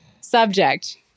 Subject